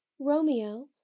Romeo